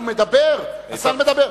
הוא מדבר.